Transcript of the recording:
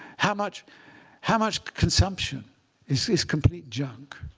how much how much consumption is is complete junk